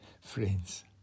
friends